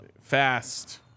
Fast